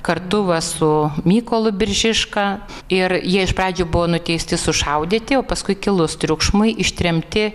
kartu va su mykolu biržiška ir jie iš pradžių buvo nuteisti sušaudyti o paskui kilus triukšmui ištremti